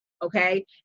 okay